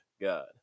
God